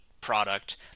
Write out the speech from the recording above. product